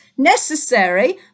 Necessary